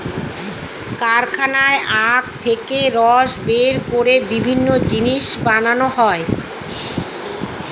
কারখানায় আখ থেকে রস বের করে বিভিন্ন জিনিস বানানো হয়